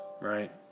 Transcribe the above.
right